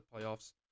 playoffs